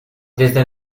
desde